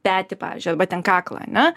petį pavyzdžiui arba ten kaklą ane